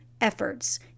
efforts